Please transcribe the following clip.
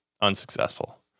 unsuccessful